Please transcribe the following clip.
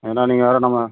ஏன்னா நீங்கள் வேறு நம்ம